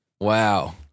wow